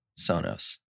Sonos